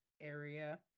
area